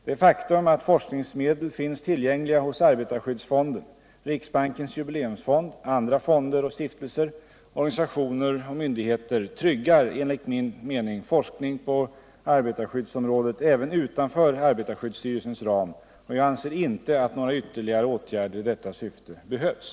Det faktum att forskningsmedel finns tillgängliga hos arbetarskyddsfonden, Riksbankens jubileumsfond, andra fonder och stiftelser, organisationer och myndigheter tryggar enligt min mening forskning på arbetarskyddsområdet även utanför arbetarskyddsstyrelsens ram, och jag anser inte att några ytterligare åtgärder i detta syfte behövs.